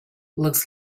looks